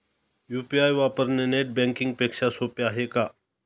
UPI वापरणे net banking पेक्षा सोपे आहे का?